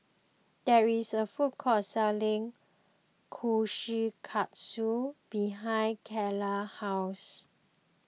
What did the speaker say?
there is a food court selling Kushikatsu behind Karla house